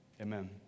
Amen